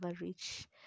reach